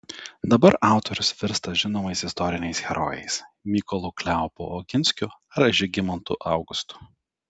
dabar autorius virsta žinomais istoriniais herojais mykolu kleopu oginskiu ar žygimantu augustu